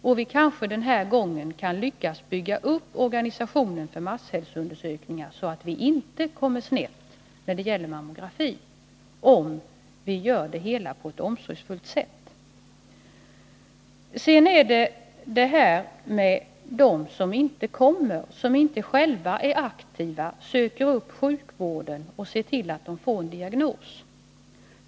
Om vi när det gäller mammografin lyckas bygga upp organisationen för masshälsoundersökningar på ett omsorgsfullt sätt, kommer vi dock kanske att lyckas undvika en sådan utveckling. Jag vill vidare peka på dem som inte själva är aktiva, söker upp sjukvården och ser till att de får en diagnos.